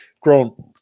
grown